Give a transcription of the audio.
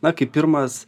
na kaip pirmas